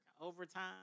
overtime